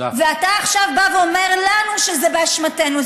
ואתה עכשיו בוא ואומר לנו שזה באשמתנו.